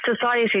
society